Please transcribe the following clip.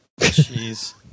Jeez